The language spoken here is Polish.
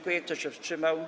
Kto się wstrzymał?